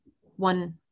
one